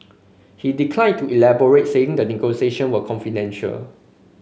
he declined to elaborate saying the negotiation were confidential